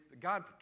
God